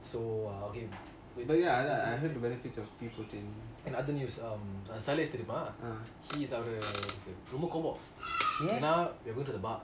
but ya ya ya I have heard the benefits of pea protein